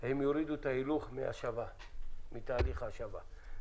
מנהלי החברות יורידו הילוך מתהליך ההשבה,